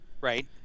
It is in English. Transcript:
Right